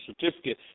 certificate